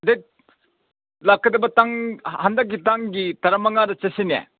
date ꯂꯥꯛꯀꯗꯕ ꯇꯥꯡ ꯍꯟꯗꯛꯀꯤ ꯇꯥꯡꯒꯤ ꯇꯔꯥ ꯃꯉꯥꯗ ꯆꯠꯁꯤꯅꯦ